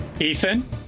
Ethan